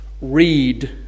Read